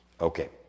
Okay